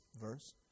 verse